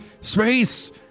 space